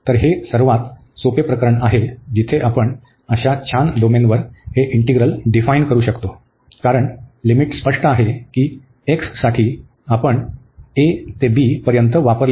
तर हे सर्वात सोपा प्रकरण आहे जिथे आपण अशा छान डोमेनवर हे इंटीग्रल डिफाईन करू शकू कारण लिमिट स्पष्ट आहे की x साठी आपण a ते b पर्यंत वापरले आहेत